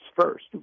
first